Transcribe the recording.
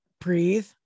breathe